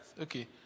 Okay